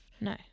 no